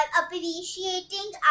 appreciating